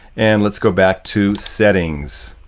and let's go back to settings.